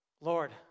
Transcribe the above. Lord